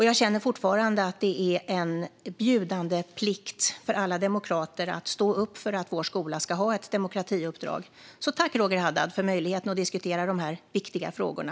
Jag känner fortfarande att det är en bjudande plikt för alla demokrater att stå upp för att vår skola ska ha ett demokratiuppdrag. Tack, Roger Haddad, för möjligheten att diskutera de här viktiga frågorna!